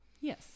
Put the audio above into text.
yes